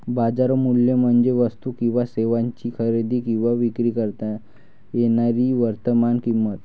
बाजार मूल्य म्हणजे वस्तू किंवा सेवांची खरेदी किंवा विक्री करता येणारी वर्तमान किंमत